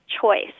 choice